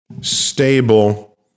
stable